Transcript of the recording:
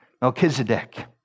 Melchizedek